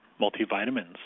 multivitamins